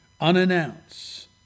unannounced